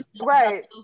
Right